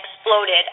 exploded